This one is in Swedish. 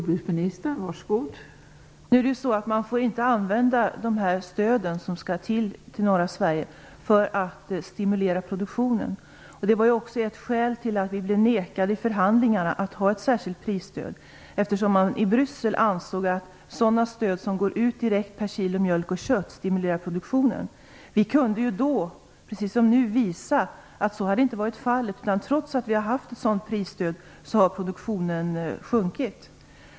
Fru talman! Man får inte använda stöden till norra Sverige för att stimulera produktionen. Det var också ett skäl till att vi i förhandlingarna blev nekade att ha ett särskilt prisstöd. I Bryssel ansåg man nämligen att sådana stöd som går ut direkt per kilo mjölk och kött stimulerar produktionen. Vi kunde då, precis som nu, visa att så inte hade varit fallet. Trots att vi har haft ett sådant prisstöd har produktionen sjunkit.